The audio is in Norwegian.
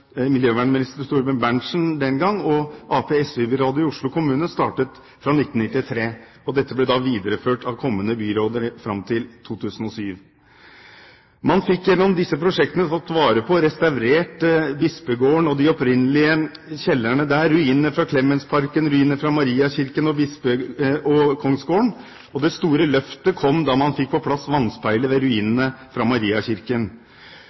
miljøvernminister Thorbjørn Berntsen den gang og Ap/SV-byrådet i Oslo kommune startet fra 1993. Dette ble da videreført av kommende byråder fram til 2007. Man fikk gjennom disse prosjektene tatt vare på og restaurert Bispegården og de opprinnelige kjellerne der, ruinene fra Clemensparken, ruinene fra Mariakirken og Kongsgården, og det store løftet kom da man fikk på plass vannspeilet ved ruinene fra Mariakirken